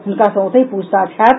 हुनका सँ ओतहि पूछताछ होयत